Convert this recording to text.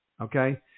okay